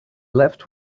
left